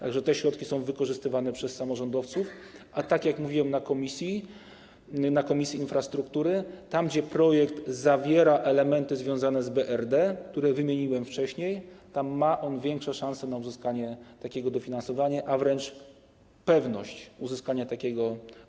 Tak że te środki są wykorzystywane przez samorządowców, a tak jak mówiłem na posiedzeniu Komisji Infrastruktury, tam, gdzie projekt zawiera elementy związane z BRD, które wymieniłem wcześniej, tam ma on większe szanse na uzyskanie takiego dofinansowania, a wręcz pewność uzyskania go.